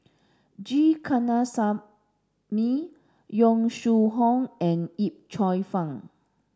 G Kandasamy Yong Shu Hoong and Yip Cheong Fun